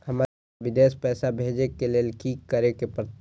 हमरा विदेश पैसा भेज के लेल की करे परते?